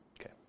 Okay